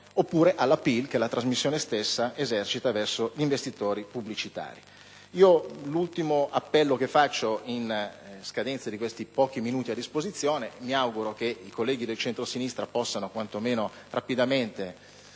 oppure all'*appeal* che la trasmissione stessa esercita verso gli investitori pubblicitari. L'ultimo appello che faccio, in scadenza di questi pochi minuti a disposizione, è che mi auguro che i colleghi del centrosinistra possano quantomeno rapidamente